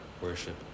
worship